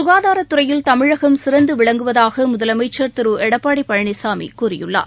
சுகாதாரத்துறையில் தமிழகம் சிறந்து விளங்குவதாக முதலமைச்ச் திரு எடப்பாடி பழனிசாமி கூறியுள்ளார்